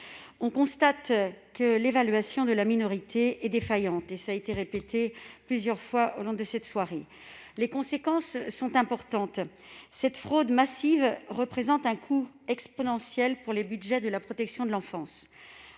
On constate que l'évaluation de la minorité est défaillante, cela a été dit à plusieurs reprises aujourd'hui. Les conséquences sont importantes : cette fraude massive représente un coût exponentiel pour les budgets de la protection de l'enfance.